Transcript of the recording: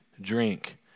drink